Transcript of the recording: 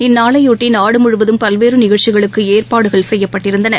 இந்நாளையொட்டிநாடுமுழுவதும் பல்வேறுநிகழ்ச்சிகளுக்குஏற்பாடுகள் செய்யப்பட்டன